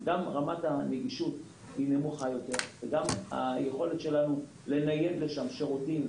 גם רמת הנגישות נמוכה יותר וגם היכולת שלנו לנייד לשם שירותים,